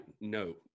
no